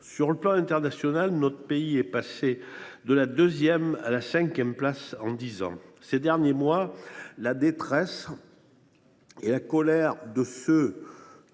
Sur le plan international, notre pays est passé de la deuxième à la cinquième place en dix ans. Ces derniers mois, la détresse et la colère de ceux